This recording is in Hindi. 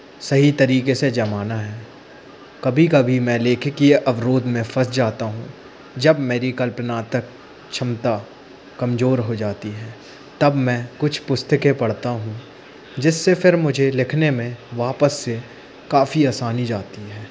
सही तरीके से जमाना है कभी कभी मैं लेखकीय अवरोध में फँस जाता हूँ जब मेरी कल्पना तक क्षमता कमजोर हो जाती है तब मैं कुछ पुस्तकें पढ़ता हूँ जिससे फिर मुझे लिखने में वापस से काफ़ी आसानी जाती है